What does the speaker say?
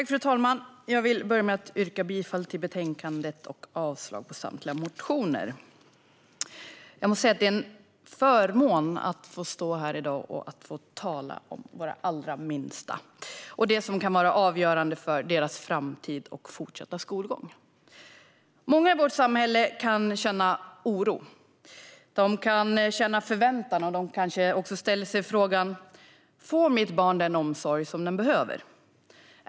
Fru talman! Jag vill börja med att yrka bifall till utskottets förslag i betänkandet och avslag på samtliga motioner. Det är en förmån att få stå här i dag och tala om våra allra minsta och om det som kan vara avgörande för deras framtid och fortsatta skolgång. Många i vårt samhälle kan känna oro och förväntan. Kanske man också ställer sig frågan: Får mitt barn den omsorg som det behöver?